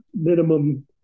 minimum